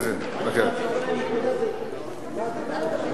חבר הכנסת אלכס מילר,